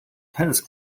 tennis